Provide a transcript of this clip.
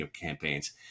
campaigns